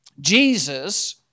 Jesus